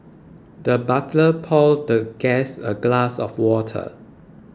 the butler poured the guest a glass of water